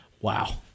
Wow